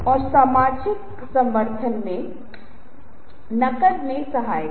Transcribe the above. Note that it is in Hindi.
और यदि छोटे ग्रंथ हैं पूरी तरह से आवश्यक है उनमें से कोई भी 18 से नीचे नहीं जाता है